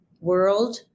world